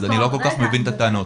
אז אני לא כל כך מבין את הטענות.